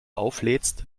auflädst